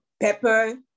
pepper